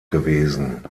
gewesen